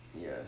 Yes